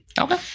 Okay